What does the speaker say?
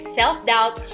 self-doubt